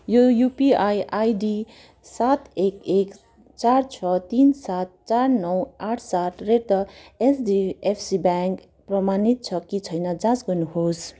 यो UPI ID सात एक एक चार छ तिन सात चार नौ आठ सात रेट द एचडिएफसी ब्याङ्क प्रमाणित छ कि छैन जाँच गर्नुहोस्